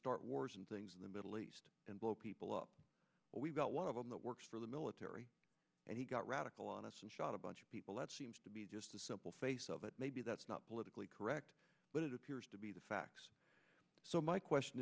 start wars and things in the middle east and blow people up we've got one of them that works for the military and he got radical on us and shot a bunch of people that seems to be just the simple face of it maybe that's not politically correct but it appears to be the facts so my question